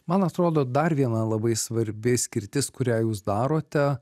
man atrodo dar viena labai svarbi skirtis kurią jūs darote